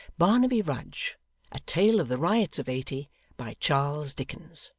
barnaby rudge a tale of the riots of eighty by charles dickens